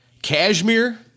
Cashmere